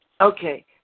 Okay